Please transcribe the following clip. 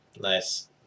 Nice